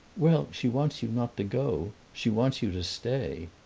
well, she wants you not to go she wants you to stay.